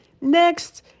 Next